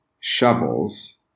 shovels